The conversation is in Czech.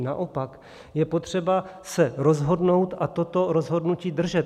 Naopak je potřeba se rozhodnout a toto rozhodnutí držet.